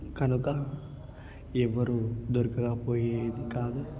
కనుక ఎవరు దొరకక పోయేది కాదు